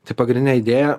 tai pagrindinė idėja